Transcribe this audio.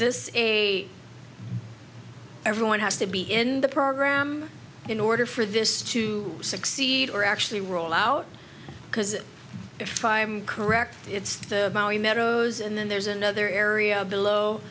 this a everyone has to be in the program in order for this to succeed or actually roll out because if i'm correct it's the narrows and then there's another area below